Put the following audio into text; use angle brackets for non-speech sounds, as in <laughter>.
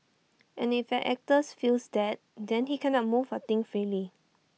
<noise> and if an actors feels that then he cannot move or think freely